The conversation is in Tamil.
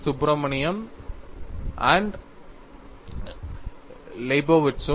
சுப்ரமணியனும் லெய்போவிட்ஸும் F